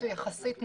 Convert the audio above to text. יחסית נמוך.